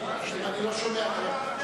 אתה לא יכול להצביע עכשיו,